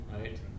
right